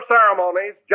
Ceremonies